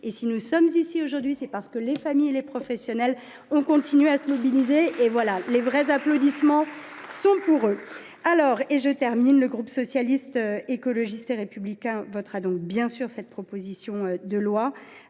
et si nous sommes ici aujourd’hui, c’est parce que les familles et les professionnels ont continué à se mobiliser. Les applaudissements sont pour eux ! Le groupe Socialiste, Écologiste et Républicain votera donc, bien sûr, cette proposition de loi.